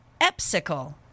Epsicle